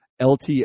LT